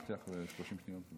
הארכתי לך ב-30 שניות.